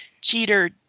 cheater